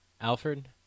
Alfred